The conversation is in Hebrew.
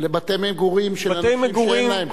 זה בתי מגורים של אנשים שאין להם,